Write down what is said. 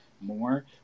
more